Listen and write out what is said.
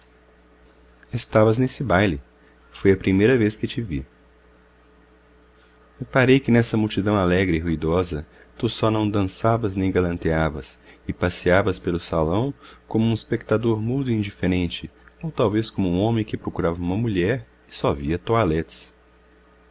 estavas nesse baile foi a primeira vez que te vi reparei que nessa multidão alegre e ruidosa tu só não dançavas nem galanteavas e passeavas pelo salão como um espectador mudo e indiferente ou talvez como um homem que procurava uma mulher e só via toilettes